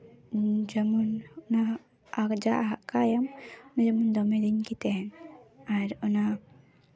ᱡᱮᱢᱚᱱ ᱚᱱᱟ ᱟᱸᱠᱡᱟ ᱟᱸᱠᱟᱭᱟᱢ ᱡᱮᱢᱚᱱ ᱫᱚᱢᱮ ᱞᱤᱝᱠ ᱜᱮ ᱛᱟᱦᱮᱱ ᱟᱨ ᱚᱱᱟ